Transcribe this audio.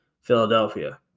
Philadelphia